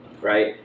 right